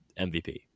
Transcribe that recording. MVP